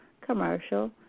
commercial